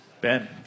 Ben